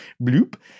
bloop